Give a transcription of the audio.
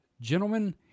Gentlemen